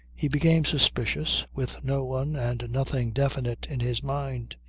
he became suspicious, with no one and nothing definite in his mind.